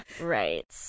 right